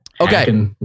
Okay